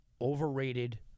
overrated